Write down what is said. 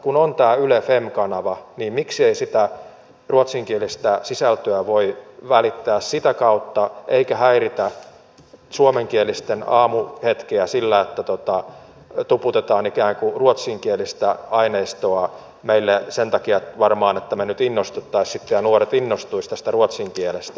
kun on tämä yle fem kanava niin miksi ei sitä ruotsinkielistä sisältöä voi välittää sitä kautta sen sijaan että häiritään suomenkielisten aamuhetkeä sillä että ikään kuin tuputetaan ruotsinkielistä aineistoa meille varmaan sen takia että me nyt sitten innostuisimme tai nuoret innostuisivat tästä ruotsin kielestä